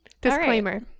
disclaimer